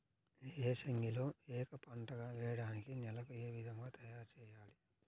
ఏసంగిలో ఏక పంటగ వెయడానికి నేలను ఏ విధముగా తయారుచేయాలి?